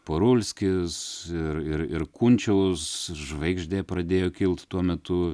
parulskis ir ir ir kunčiaus žvaigždė pradėjo kilt tuo metu